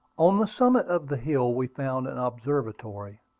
on the summit of the hill we found an observatory,